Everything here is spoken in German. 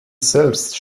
selbst